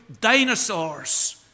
dinosaurs